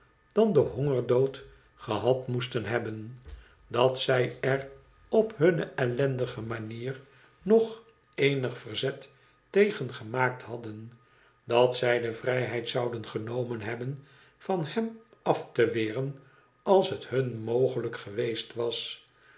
dan öen hongerdood gehad moesten hebben dat zij er op hunne ellendige manier nog eenig verzet tegen gemaakt hadden dat zij de vrijheid zouden genomen hebben van hem af te weren als het hun mogelijk geweest was